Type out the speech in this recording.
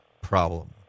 problem